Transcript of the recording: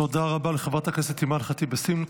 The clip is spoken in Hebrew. תודה רבה לחברת הכנסת אימאן ח'טיב יאסין.